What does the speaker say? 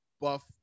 buff